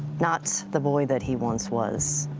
not the boy that he once was.